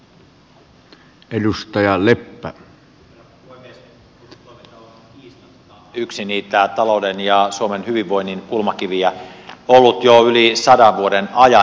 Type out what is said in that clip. osuustoiminta on kiistatta yksi niitä talouden ja suomen hyvinvoinnin kulmakiviä ollut jo yli sadan vuoden ajan